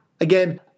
Again